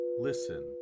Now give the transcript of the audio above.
listen